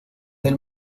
del